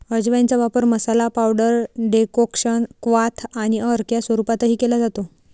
अजवाइनचा वापर masala, powder, decoction, क्वाथ आणि अर्क या स्वरूपातही केला जातो